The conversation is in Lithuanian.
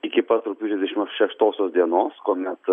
iki pat rugpjūčio dvidešim šeštosios dienos kuomet